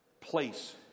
place